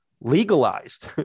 legalized